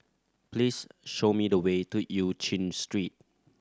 please show me the way to Eu Chin Street